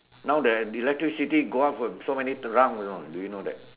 now the electricity go out for so many rounds you know did you know that